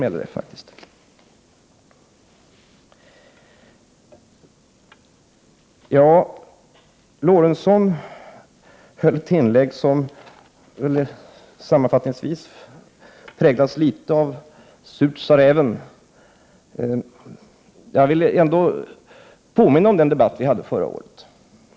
Sven Eric Lorentzons anförande präglades sammanfattningsvis något av talesättet ”surt, sa räven”. Jag vill ändå påminna om förra årets debatt.